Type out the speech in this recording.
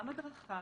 גם הדרכה,